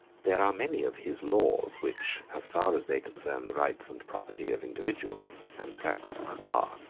there are many of his laws, which, as far as they concern the rights and property of individuals, and the practice of the bar,